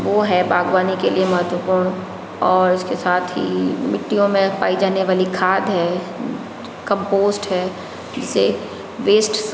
वो है बागवानी के लिए महत्वपूर्ण और उसके साथ ही मिट्टियों में पाई जाने वाली खाद है कम्पोस्ट है जिसे वेस्ट्स